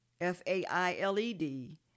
F-A-I-L-E-D